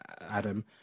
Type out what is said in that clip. Adam